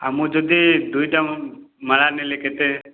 ଆଉ ମୁଁ ଯଦି ଦୁଇଟା ମାଳା ନେଲେ କେତେ